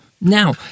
Now